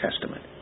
Testament